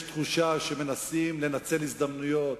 יש תחושה שמנסים לנצל הזדמנויות,